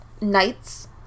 nights